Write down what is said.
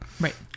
Right